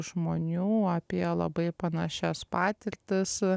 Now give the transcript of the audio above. žmonių apie labai panašias patirtis